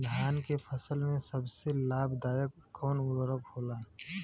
धान के फसल में सबसे लाभ दायक कवन उर्वरक होला?